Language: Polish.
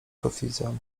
kotwicę